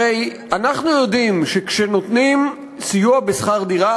הרי אנחנו יודעים שכשנותנים סיוע בשכר דירה,